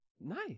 Nice